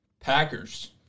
Packers